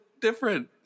different